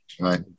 right